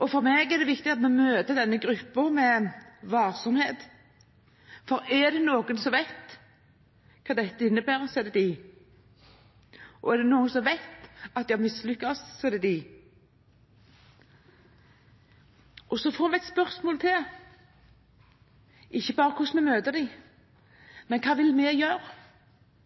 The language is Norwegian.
og for meg er det viktig at vi møter denne gruppen med varsomhet. For er det noen som vet hva dette innebærer, er det de. Er det noen som vet at de har mislyktes, er det de. Så får vi et spørsmål til, ikke bare om hvordan vi møter dem, men om hva vi vil gjøre. Er vi